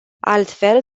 altfel